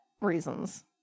reasons